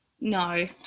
No